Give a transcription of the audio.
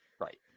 Right